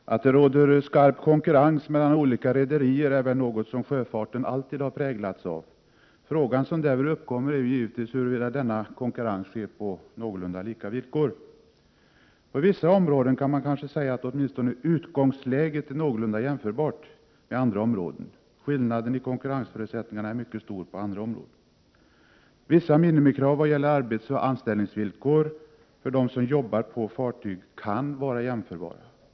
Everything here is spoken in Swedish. Fru talman! Att det råder skarp konkurrens mellan olika rederier är väl något som sjöfarten alltid har präglats av. Den fråga som därvid uppkommer är givetvis huruvida denna konkurrens sker på någorlunda lika villkor. På vissa områden kan man kanske säga att åtminstone utgångsläget är någorlunda jämförbart, medan på andra områden skillnaden i konkurrensförutsättningar är mycket stor. Vissa minimikrav vad gäller arbetsoch anställningsvillkor för dem som jobbar på fartyg kan vara jämförbara.